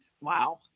wow